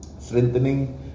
strengthening